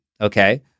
Okay